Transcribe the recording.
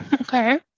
okay